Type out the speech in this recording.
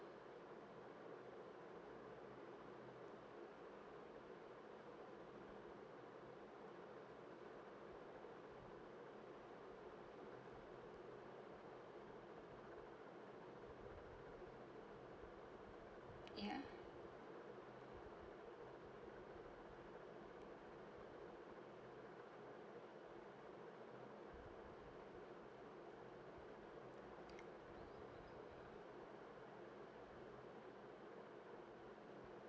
yeah